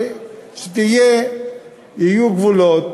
ויהיו גבולות